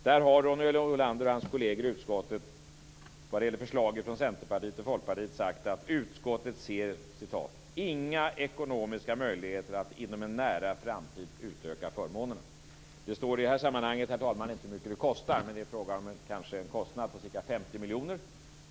Där har Ronny Olander och hans kolleger i utskottet när det gäller förslaget från Centerpartiet och Folkpartiet sagt att utskottet ser "inga ekonomiska möjligheter att inom en nära framtid utöka förmånerna". Det står, herr talman, i detta sammanhang inte hur mycket det kostar. Men det är fråga om en kostnad på ca 50 miljoner kronor.